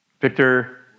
Victor